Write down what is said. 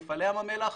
מפעלי ים המלח.